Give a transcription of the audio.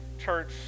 church